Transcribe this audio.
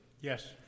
Yes